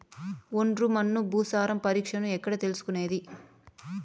ఒండ్రు మన్ను భూసారం పరీక్షను ఎక్కడ చేసుకునేది?